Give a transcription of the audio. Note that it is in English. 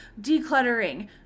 decluttering